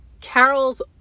Carol's